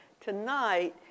Tonight